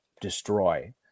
destroy